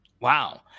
Wow